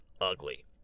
ugly